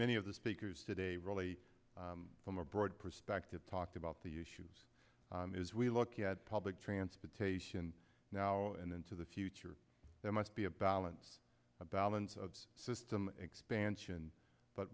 many of the speakers today really from a broad perspective talked about the issues as we look at public transportation now and into the future there must be a balance a balance of system expansion but